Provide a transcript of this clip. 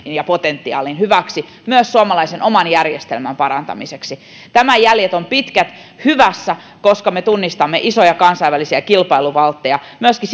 ja potentiaalin hyväksi myös suomalaisten oman järjestelmän parantamiseksi tämän jäljet ovat pitkät hyvässä koska me tunnistamme isoja kansainvälisiä kilpailuvaltteja myöskin